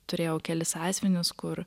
turėjau kelis sąsiuvinius kur